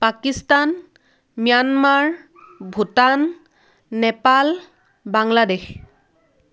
Pakistan Myanmar Bhutan Nepal Bangladesh